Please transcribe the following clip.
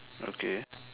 okay